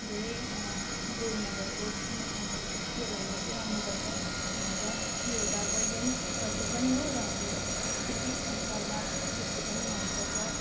धेरै ब्रेनमा भएको दिमागमा भएको सेलहरूलाई चाहिँ राम्रो गर्छ भन्छ यो एउटा वैज्ञानिक तथ्य पनि हो र हाम्रो संस्कृति संस्कारमा यसको पनि महत्त्व छ